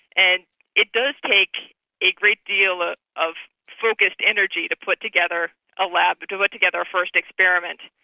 and it does take a great deal ah of focussed energy to put together a lab, to put together a first experiment.